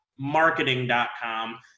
marketing.com